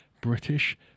British